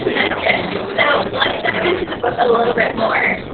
that's good. so let's dive into the book a little bit more.